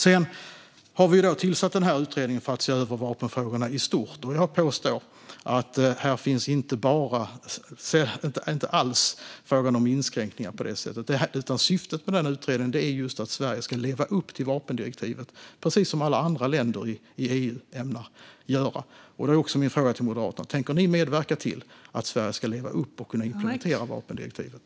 Vi har tillsatt en utredning för att se över vapenfrågorna i stort, och jag påstår att det inte alls är fråga om inskränkningar. Syftet med utredningen är att Sverige ska leva upp till vapendirektivet, precis som alla andra länder i EU ämnar göra. Tänker Moderaterna medverka till att Sverige kan leva upp till och implementera vapendirektivet?